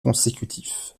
consécutif